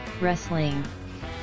Wrestling